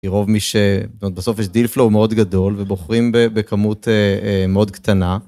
כי רוב מי ש... זאת אומרת, בסוף יש דיל פלואו מאוד גדול ובוחרים בכמות מאוד קטנה.